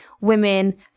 women